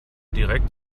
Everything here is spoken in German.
direkt